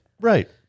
Right